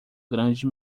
grande